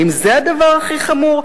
האם זה הדבר הכי חמור?